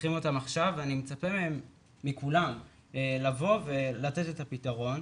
צריכים אותם עכשיו אני מצפה מכולם לבוא ולתת את הפתרון.